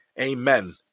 Amen